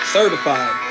Certified